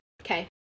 Okay